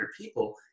people